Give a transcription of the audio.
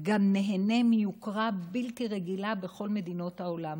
גם נהנה מיוקרה בלתי רגילה בכל מדינות העולם.